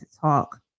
talk